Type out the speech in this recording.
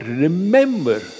Remember